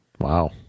Wow